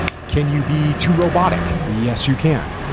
can you be too robotic? yes, you can.